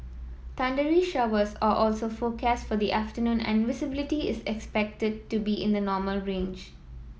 thundery showers are also forecast for the afternoon and visibility is expected to be in the normal range